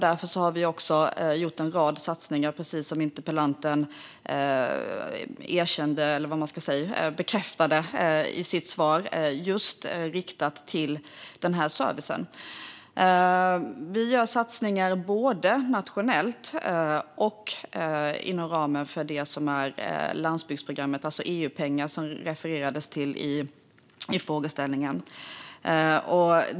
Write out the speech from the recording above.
Därför har vi också, som interpellanten bekräftade i sitt inlägg, gjort en rad satsningar riktade till just denna service. Vi gör satsningar både nationellt och inom ramen för det som är landsbygdsprogrammet, alltså de EUpengar som refererades till i frågeställningen.